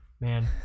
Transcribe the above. man